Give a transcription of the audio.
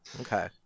Okay